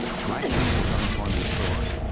black teenage unemployment soared.